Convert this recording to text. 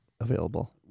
available